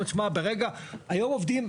היום עובדים,